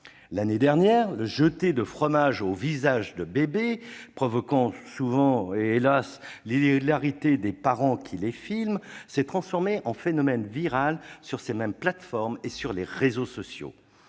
L'année dernière, le « jeter de fromage » au visage de bébés, provoquant souvent, hélas ! l'hilarité des parents qui les filment, est devenu un phénomène viral sur ces mêmes plateformes et sur les réseaux sociaux.